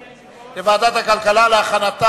לעיוורים) עברה בקריאה טרומית ותעבור לוועדת הכלכלה להכנתה.